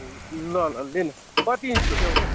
ल ल ले न कति इन्चको ल्याउने हौ